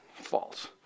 false